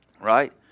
right